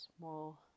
more